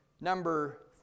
number